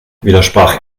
widersprach